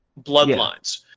bloodlines